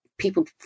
People